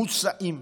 מוצאים.